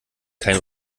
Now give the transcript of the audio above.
kein